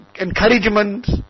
encouragement